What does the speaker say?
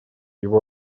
его